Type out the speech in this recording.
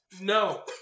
No